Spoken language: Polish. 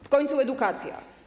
W końcu edukacja.